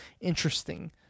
interesting